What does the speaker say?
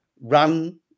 run